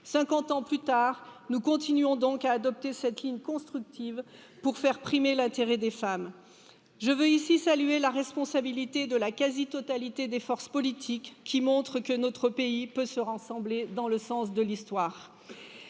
ans plus tard nous continuons donc à adopter cette ligne constructive pour faire primer l'intérêt des femmes je veux ici saluer la responsabilité de la quasi totalité des forces politiques qui montrent que notre pays peut se rassembler dans le sens de l'histoire,